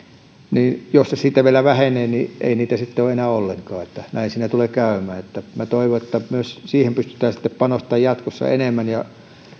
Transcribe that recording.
niin jos se siitä vielä vähenee niin ei niitä sitten ole enää ollenkaan näin siinä tulee käymään minä toivon että myös siihen pystytään panostamaan jatkossa enemmän ja